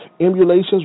emulations